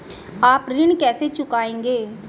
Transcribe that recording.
आप ऋण कैसे चुकाएंगे?